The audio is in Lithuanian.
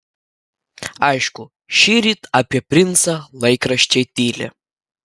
aišku šįryt apie princą laikraščiai tyli